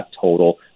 total